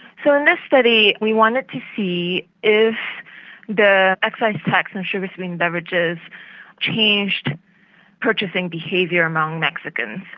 so in this study we wanted to see if the excise tax on sugar sweetened beverages changed purchasing behaviour among mexicans.